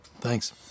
Thanks